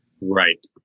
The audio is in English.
Right